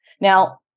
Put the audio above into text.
Now